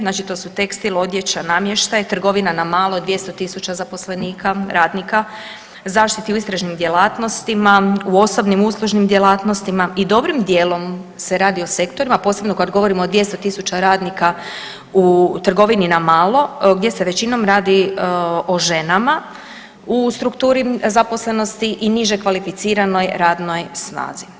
Znači to su tekstil, odjeća, namještaj, trgovina na malo, 200 000 zaposlenika, radnika, zaštita u istražnim djelatnostima, u osobnim, uslužnim djelatnostima i dobrim dijelom se radi o sektorima posebno kad govorimo o 200 000 radnika u trgovini na malo gdje se većinom radi o ženama u strukturi zaposlenosti i niže kvalificiranoj radnoj snazi.